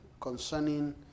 concerning